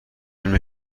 علم